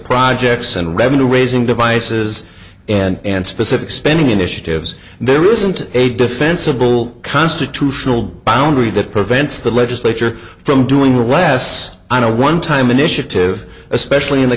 projects and revenue raising devices and specific spending initiatives there isn't a defensible constitutional boundary that prevents the legislature from doing rests on a one time initiative especially in the